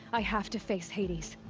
i have to face hades!